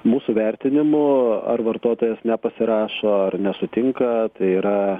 mūsų vertinimu ar vartotojas nepasirašo ar nesutinka tai yra